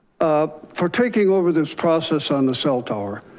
ah for taking over this process on the cell tower,